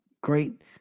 great